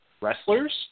wrestlers